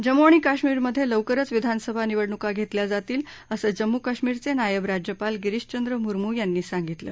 जम्म् आणि कश्मीरमधे लवकरच विधानसभा निवडणूका घेतल्या जातील असं जम्म् कश्मीरचे नायब राज्यपाल गिरीश चंद्र मुरमू यांनी सांगितलं